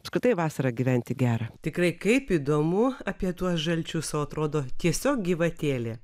apskritai vasarą gyventi gera tikrai kaip įdomu apie tuos žalčius o atrodo tiesiog gyvatėlė